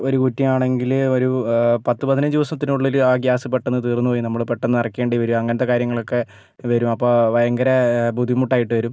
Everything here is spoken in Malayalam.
ഒരു കുറ്റിയാണെങ്കിൽ ഒരു പത്തു പതിനഞ്ച് ദിവസത്തിനുള്ളിൽ ആ ഗ്യാസ് പെട്ടെന്ന് തീർന്നു പോയി നമ്മൾ പെട്ടെന്ന് നിറക്കേണ്ടി വരും അങ്ങനത്തെ കാര്യങ്ങളൊക്കെ വരും അപ്പം ഭയങ്കര ബുദ്ധിമുട്ടായിട്ട് വരും